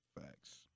Facts